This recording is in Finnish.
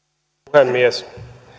puhemies me